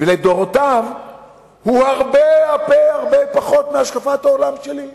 ולדורותיו הוא הרבה הרבה הרבה פחות מהשקפת העולם שלי.